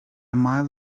mile